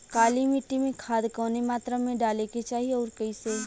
काली मिट्टी में खाद कवने मात्रा में डाले के चाही अउर कइसे?